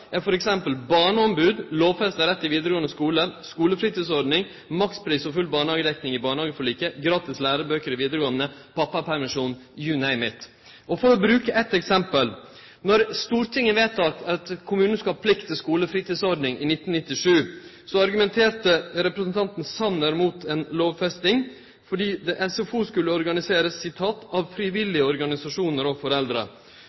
er f.eks. barneombod, lovfesta rett til vidaregåande skule, skulefritidsordning, makspris og full barnehagedekning i barnehageforliket, gratis lærebøker i vidaregåande, pappapermisjon – «you name it». For å bruke eit eksempel: Då Stortinget i 1997 vedtok at kommunane skulle ha plikt til skulefritidsordning, argumenterte representanten Sanner mot ei lovfesting, fordi SFO skulle